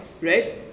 right